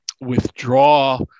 withdraw